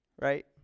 Right